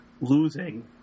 losing